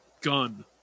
gun